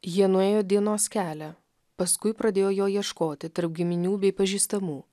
jie nuėjo dienos kelią paskui pradėjo jo ieškoti tarp giminių bei pažįstamų